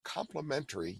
complementary